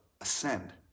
ascend